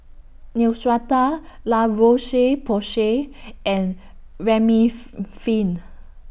Neostrata La Roche Porsay and Remifemin